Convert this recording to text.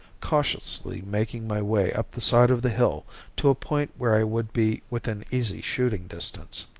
cautiously making my way up the side of the hill to a point where i would be within easy shooting distance.